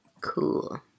Cool